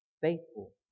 faithful